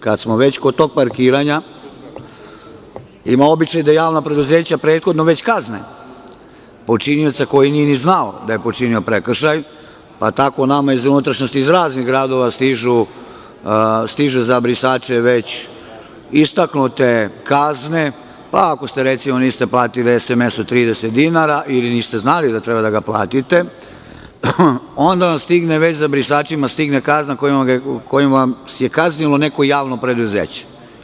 Kad smo već kod tog parkiranja, ima običaj da javna preduzeća prethodno već kazne počinioca koji nije ni znao da je počinio prekršaj, pa tako nama iz unutrašnjosti iz raznih gradova stižu za brisače već istaknute kazne, pa ako niste platili SMS od 30 dinara, ili niste znali da treba da platite, onda vam stigne, već za brisačima, kazna kojom vas je kaznilo neko javno preduzeće.